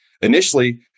Initially